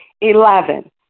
Eleven